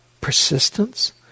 persistence